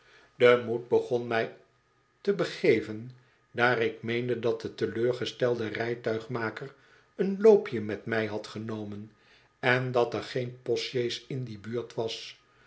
de moed begon mij te begeven daar ik meende dat de teleurgestelde rijtuigmaker een loopje met mij had genomen en dat er geen postsjees in die buurt was